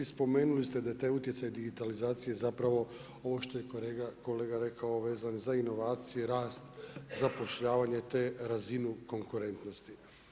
Spomenuli ste da je taj utjecaj digitalizacije zapravo ovo što je kolega rekao vezan za inovacije, rast, zapošljavanje, te razinu konkurentnosti.